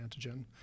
antigen